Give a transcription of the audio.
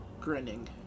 grinning